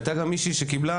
הייתה גם מישהי שקיבלה